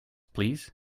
please